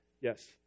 Yes